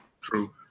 True